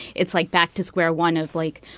it's like back to square one of like,